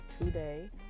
today